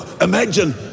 imagine